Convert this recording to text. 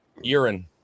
urine